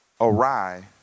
awry